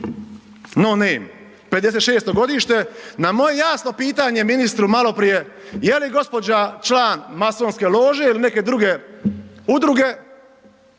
no name, '56. godište. Na moje jasno pitanje ministru maloprije jeli gospođa član masonske lože ili neke druge udruge,